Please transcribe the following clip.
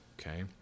Okay